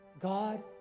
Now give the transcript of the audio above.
God